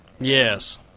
Yes